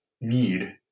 need